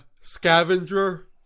scavenger